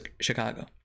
Chicago